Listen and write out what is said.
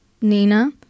Nina